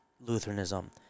Lutheranism